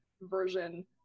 version